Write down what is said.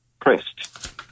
pressed